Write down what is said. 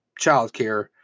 childcare